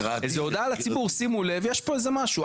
איזה הודעה לציבור, שימו לב, יש פה איזה משהו.